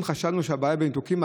אם חשבנו שהבעיה היא בניתוקים,